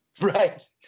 right